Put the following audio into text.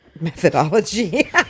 methodology